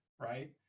right